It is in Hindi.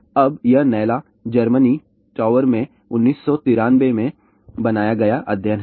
अब यह नैला जर्मनी टॉवर में 1993 में बनाया गया अध्ययन है